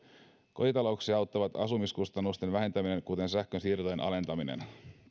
kotitalouksia auttaa asumiskustannusten vähentäminen kuten sähkönsiirtojen alentaminen